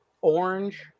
orange